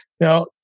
Now